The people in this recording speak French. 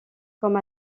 comme